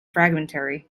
fragmentary